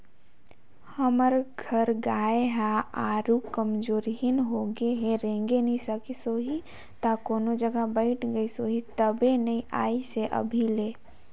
हमर घर गाय ह आरुग कमजोरहिन होगें हे रेंगे नइ सकिस होहि त कोनो जघा बइठ गईस होही तबे नइ अइसे हे अभी ले